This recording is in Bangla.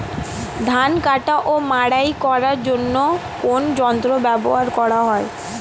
ধান কাটা ও মাড়াই করার জন্য কোন যন্ত্র ব্যবহার করা হয়?